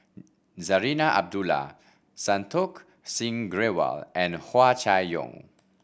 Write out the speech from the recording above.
Zarinah Abdullah Santokh Singh Grewal and Hua Chai Yong